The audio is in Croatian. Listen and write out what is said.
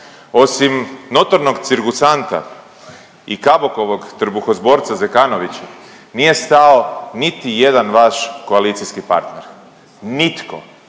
osim notornog cirkusanta i Kabukovog trbuhozborca Zekanovića nije stao niti jedan vaš koalicijski partner, nitko